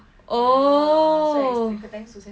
oh